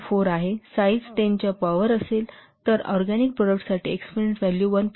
4 आहे साईज 10 च्या पॉवर असेल तर ऑरगॅनिक प्रॉडक्टसाठी एक्सपोनंन्ट व्हॅल्यू 1